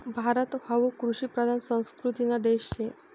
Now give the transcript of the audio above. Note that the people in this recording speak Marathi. भारत हावू कृषिप्रधान संस्कृतीना देश शे